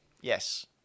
yes